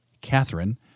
Catherine